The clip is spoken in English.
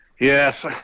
Yes